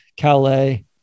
Calais